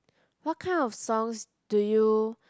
what kind of songs do you